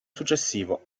successivo